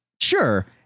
Sure